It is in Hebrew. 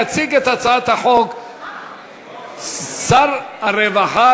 יציג את הצעת החוק שר הרווחה